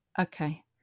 Okay